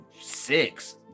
six